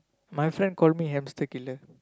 my friend call me hamster killer